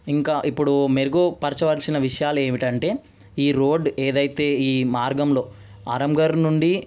ఇంకా ఇప్పుడు మెరుగు పరచవలసిన విషయాలు ఏమిటంటే ఈ రోడ్డు ఏదైతే ఈ మార్గంలో ఆరాంఘర్ నుండి